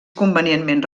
convenientment